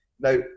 Now